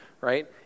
right